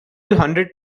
hundred